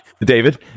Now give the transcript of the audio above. David